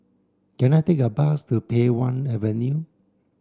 can I take a bus to Pei Wah Avenue